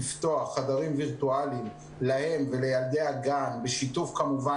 אפילו חברות כנסת שיש להן ילדים סיפרו לי,